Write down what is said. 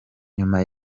nyuma